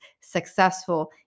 successful